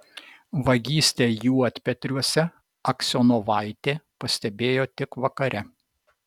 vagystę juodpetriuose aksionovaitė pastebėjo tik vakare